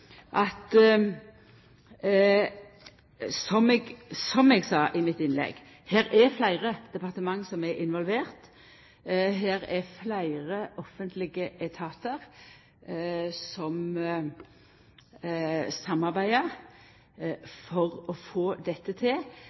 som eg sa i mitt innlegg, at her er det fleire departement som er involverte. Her er det fleire offentlege etatar som samarbeider for å få dette til.